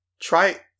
Try